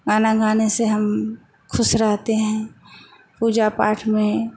गाना गाने से हम ख़ुश रहते हैं पूजा पाठ में